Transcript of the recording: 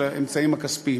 של האמצעים הכספיים.